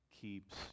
keeps